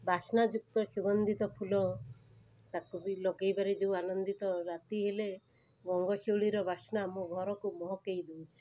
ବାସ୍ନାଯୁକ୍ତ ସୁଗନ୍ଧିତ ଫୁଲ ତାକୁ ବି ଲଗାଇବାରେ ଯେଉଁ ଆନନ୍ଦିତ ରାତି ହେଲେ ଗଙ୍ଗଶିଉଳିର ବାସ୍ନା ଆମ ଘରକୁ ମହକେଇ ଦେଉଛି